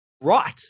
right